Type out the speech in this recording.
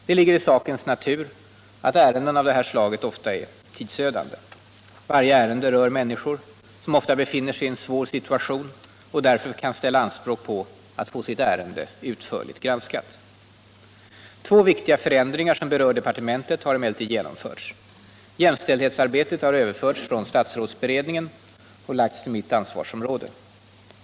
Det ligger i sakens natur att ärenden av det här slaget många gånger är tidsödande. Varje ärende rör människor som ofta befinner sig i en svår situation och därför kan ställa anspråk på att få sitt ärende utförligt granskat. Två viktiga förändringar som berör departementet har emellertid genomförts. Jämställdhetsarbetet har överförts från statsrådsberedningen och lagts till mitt ansvarsområde.